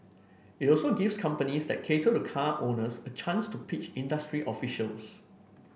it also gives companies that cater to the car owners a chance to pitch industry officials